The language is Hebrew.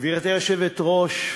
גברתי היושבת-ראש,